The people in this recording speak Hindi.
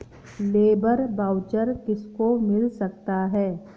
लेबर वाउचर किसको मिल सकता है?